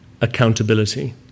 accountability